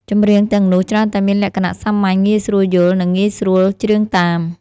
ចម្រៀងទាំងនោះច្រើនតែមានលក្ខណៈសាមញ្ញ ងាយស្រួលយល់ និងងាយស្រួលច្រៀងតាម